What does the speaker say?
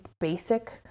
basic